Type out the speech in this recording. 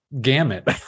gamut